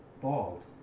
bald